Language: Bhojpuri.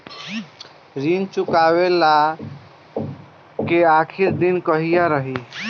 ऋण चुकव्ला के आखिरी दिन कहिया रही?